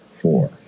four